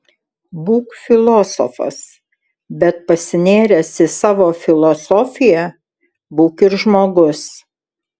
būk filosofas bet pasinėręs į savo filosofiją būk ir žmogus